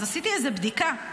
אז עשיתי לזה בדיקה.